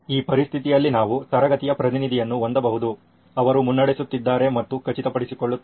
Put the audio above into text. ಈ ಪರಿಸ್ಥಿತಿಯಲ್ಲಿ ನಾವು ತರಗತಿಯ ಪ್ರತಿನಿಧಿಯನ್ನು ಹೊಂದಬಹುದು ಅವರು ಮುನ್ನಡೆಸುತ್ತಿದ್ದಾರೆ ಮತ್ತು ಖಚಿತಪಡಿಸಿಕೊಳ್ಳುತ್ತಾರೆ